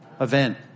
event